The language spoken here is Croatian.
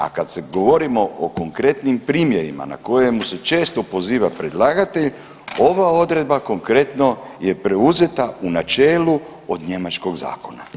A kad govorimo o konkretnim primjerima na koje se često poziva predlagatelj, ova odredba konkretno je preuzeta u načelu od njemačkog zakona.